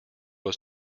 was